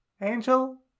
Angel